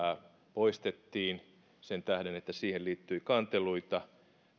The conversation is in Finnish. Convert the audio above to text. poistettiin sen tähden että siihen liittyi kanteluita